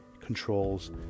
controls